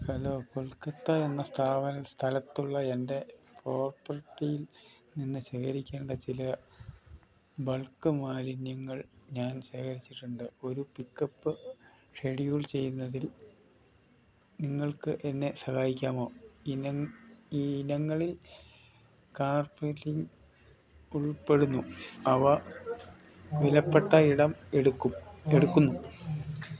hello Kolkata എന്ന സ്ഥാപന സ്ഥലത്തുള്ള എൻ്റെ പ്രോപ്പർട്ടിയിൽ നിന്ന് ശേഖരിക്കേണ്ട ചില ബൾക്ക് മാലിന്യങ്ങൾ ഞാൻ ശേഖരിച്ചിട്ടുണ്ട് ഒരു പിക്ക് അപ്പ് ഷെഡ്യൂൾ ചെയ്യുന്നതിൽ നിങ്ങൾക്ക് എന്നെ സഹായിക്കാമോ ഇനം ഈ ഇനങ്ങളിൽ കാർപെറ്റിംഗ് ഉൾപ്പെടുന്നു അവ വിലപ്പെട്ട ഇടം എടുക്കും എടുക്കുന്നു